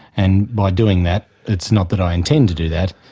and by doing that, it's not that i intend to do that,